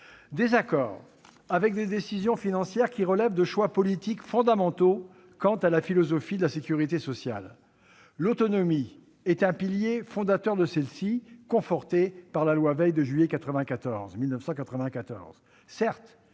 désaccord avec des décisions financières qui relèvent de choix politiques fondamentaux quant à la philosophie de la sécurité sociale. L'autonomie est un pilier fondateur de celle-ci, conforté par la loi Veil de juillet 1994.